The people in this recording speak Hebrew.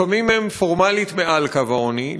לפעמים הם פורמלית מעל קו העוני,